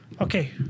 Okay